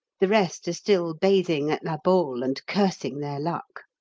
the rest are still bathing at la baule and cursing their luck.